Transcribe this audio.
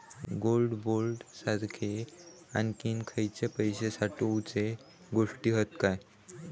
Gold bond सारखे आणखी खयले पैशे साठवूचे गोष्टी हत काय?